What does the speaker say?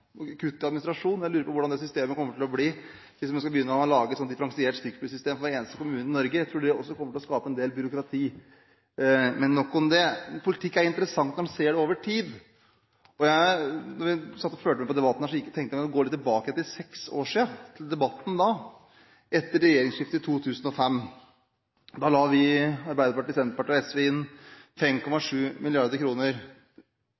kutt i administrasjon. Jeg lurer på hvordan det systemet kommer til å bli hvis en skal begynne å lage et differensiert stykkprissystem for hver eneste kommune i Norge. Jeg tror det kommer til å skape en del byråkrati. Men nok om det. Politikk er interessant når en ser det over tid. Da jeg satt og fulgte med på denne debatten, tenkte jeg at jeg ville gå tilbake seks år og til debatten da – etter regjeringsskiftet i 2005. Da la vi, Arbeiderpartiet, Senterpartiet og SV, inn